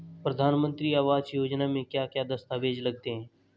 प्रधानमंत्री आवास योजना में क्या क्या दस्तावेज लगते हैं?